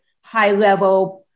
high-level